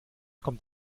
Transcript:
kommt